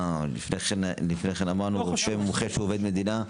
לפני כן אמרנו רושם מומחה שהוא עובד מדינה.